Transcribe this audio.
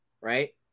right